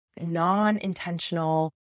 non-intentional